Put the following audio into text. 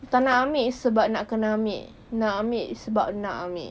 tak nak ambil sebab nak kena ambil nak ambil sebab nak ambil